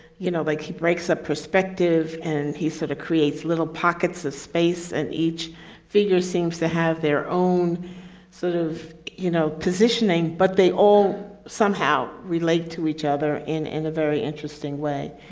you know, like, he breaks up perspective, and he sort of creates little pockets of space and each figure seems to have their own sort of, you know, positioning, but they all somehow relate to each other in in a very interesting way.